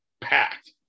packed